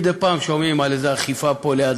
מדי פעם שומעים על איזה אכיפה פה ליד